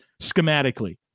schematically